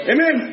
Amen